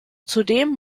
zudem